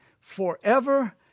forever